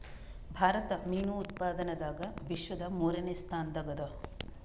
ಭಾರತ ಮೀನು ಉತ್ಪಾದನದಾಗ ವಿಶ್ವದ ಮೂರನೇ ಸ್ಥಾನದಾಗ ಅದ